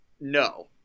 No